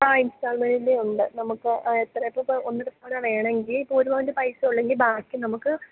ആ ഇൻസ്റ്റാൾമെൻറ്റിൻ്റെ ഉണ്ട് നമുക്ക് എത്രക്ക് അപ്പോൾ ഒന്ന് അര പവൻ വേണമെങ്കിൽ ഇപ്പം ഒരു പവൻ്റെ പൈസ ഉള്ളെങ്കിൽ ബാക്കി നമുക്ക്